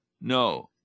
No